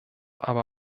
aber